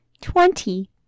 Twenty